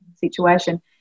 situation